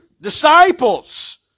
Disciples